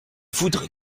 voudrait